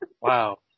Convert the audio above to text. Wow